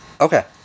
Okay